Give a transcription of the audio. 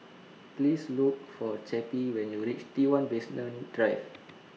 Please Look For Cappie when YOU REACH T one Basement Drive